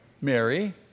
Mary